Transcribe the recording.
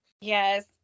Yes